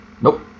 Nope